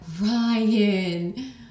Ryan